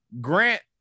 Grant